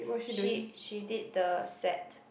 she she did the set